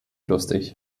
lustig